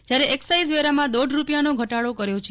જયારે એકસાઇઝ વેરામાં દોઢ રૂપિયાનો ઘટાડો કરાશે